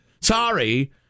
Sorry